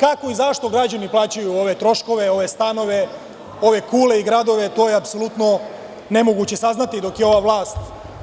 Kako i zašto građani plaćaju ove troškove, ove stanove, ove kule i gradove, to je apsolutno nemoguće saznati dok je ova vlast